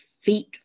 feet